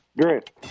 Great